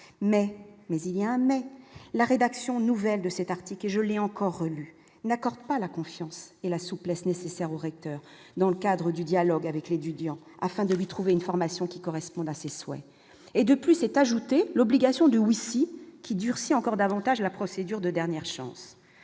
mais mais il y a un mais la rédaction Nouvelles de cet article et je l'ai encore relu n'accorde pas la confiance et la souplesse nécessaire aux recteurs dans le cadre du dialogue avec les du dire afin de lui trouver une formation qui corresponde à ses souhaits et de plus c'est ajouter l'obligation de oui ici qui durcit encore davantage la procédure de dernière chance